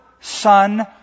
son